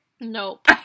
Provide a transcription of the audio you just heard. Nope